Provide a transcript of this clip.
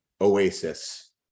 oasis